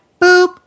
boop